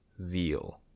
zeal